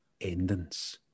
endings